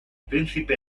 príncipe